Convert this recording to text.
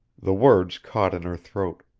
the words caught in her throat.